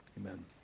Amen